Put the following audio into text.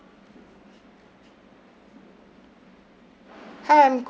hi I'm